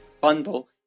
bundle